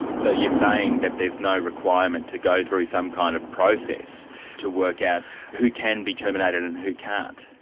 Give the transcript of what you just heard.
so you're saying that there's no requirement to go through some kind of process to work out who can be terminated and who can't?